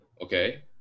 Okay